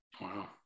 Wow